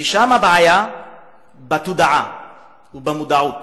ששם הבעיה בתודעה ובמודעות.